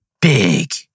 big